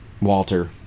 Walter